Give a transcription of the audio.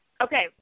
Okay